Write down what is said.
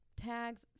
Tags